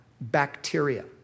bacteria